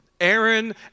Aaron